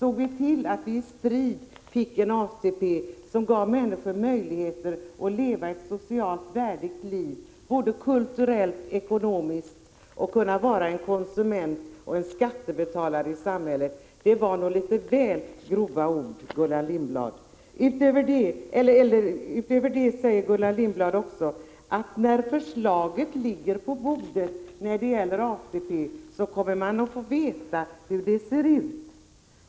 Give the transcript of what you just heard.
Vi såg till att vi efter strid fick ett ATP-system som gav människor möjlighet att leva ett socialt värdigt liv, både kulturellt och ekonomiskt, och att vara en skattebetalare i samhället. Det var nog litet väl grova ord, Gullan Lindblad! Dessutom säger Gullan Lindblad att när förslaget om ATP ligger på bordet, kommer man att få veta hur det ser ut.